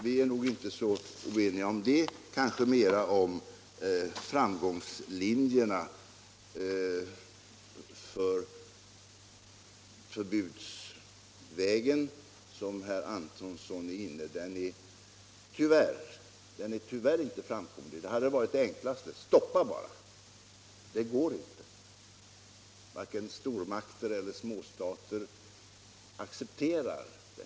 Vi är nog inte så oeniga om detta — kanske mera om framgångslinjerna när det gäller förbudsvägen som herr Antonsson är inne på. Den är tyvärr inte framkomlig. Annars hade det varit enklast att bara sätta stopp, men det går inte. Varken stormakter eller småstater accepterar det.